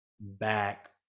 back